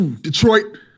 Detroit